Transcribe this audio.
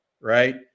right